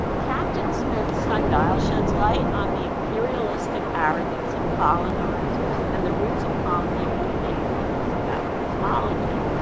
captain smith's sundial sheds light on the imperialistic arrogance of colonizers and the roots of conflict with native peoples about cosmology,